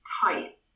tight